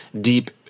deep